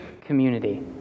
community